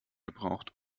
gebraucht